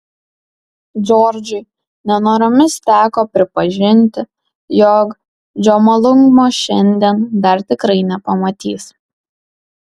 džordžui nenoromis teko pripažinti jog džomolungmos šiandien dar tikrai nepamatys